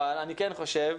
אבל אני כן חושב,